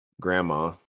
grandma